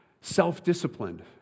Self-disciplined